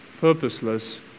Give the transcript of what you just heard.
purposeless